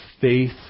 faith